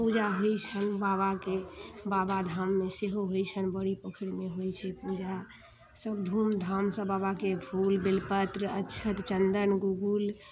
पूजा होइ छनि बाबाके बाबा धाममे सेहो होइ छनि बड़ी पोखरिमे होइ छै पूजा सब धूम धामसँ बाबाके फूल बेलपत्र अक्षत चन्दन गूगूल